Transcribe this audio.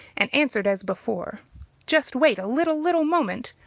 and answered as before just wait a little little moment,